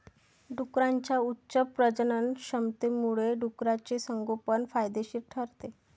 डुकरांच्या उच्च प्रजननक्षमतेमुळे डुकराचे संगोपन फायदेशीर ठरते